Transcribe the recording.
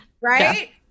right